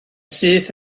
syth